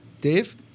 Dave